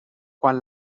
quan